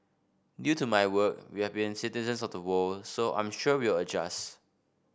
due to my work we have been citizens of the world so I'm sure we'll adjust